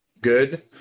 good